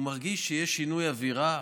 הוא מרגיש שיש שינוי אווירה.